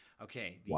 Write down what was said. Okay